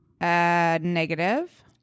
Negative